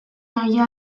egia